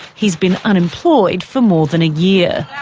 he's been unemployed for more than a year.